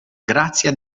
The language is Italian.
grazia